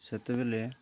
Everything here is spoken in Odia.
ସେତେବେଳେ